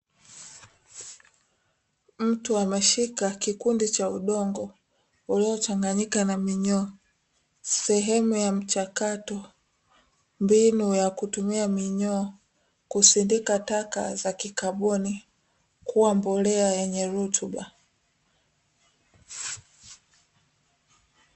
Mtu ameshika kikundi cha udongo uliochanganyika na minyoo sehemu ya mchakato. Mbinu ya kutumia minyoo kusindika taka za kikabuni kuwa mbolea yenye rutuba.